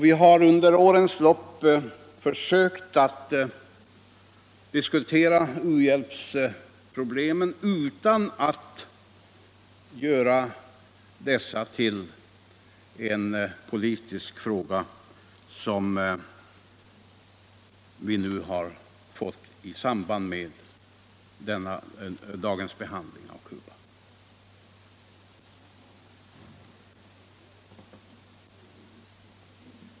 Vi har under årens lopp försökt diskutera u-hjälpsproblemen utan att göra dessas.till en politisk fråga, som de blivit i och med dagens behandling av biståndet till Cuba.